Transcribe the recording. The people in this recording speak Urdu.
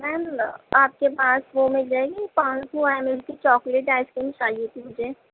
میم آپ کے پاس وہ مل جائے گی پانچ سو ایم ایل کی چاکلیٹ آئس کریم چاہیے تھی مجھے